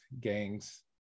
gangs